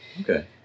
Okay